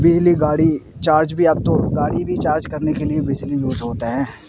بجلی گاڑی چارج بھی اب تو گاڑی بھی چارج کرنے کے لیے بجلی یوز ہوتا ہے